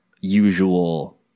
usual